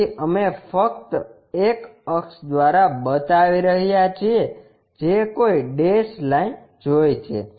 તેથી અમે ફક્ત એક અક્ષ દ્વારા બતાવી રહ્યા છીએ જે કોઈ ડેશ લાઇન જોઇ છે